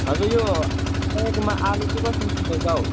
हजुर यो तपाईँकोमा आलु चाहिँ कसरी किलो छ हौ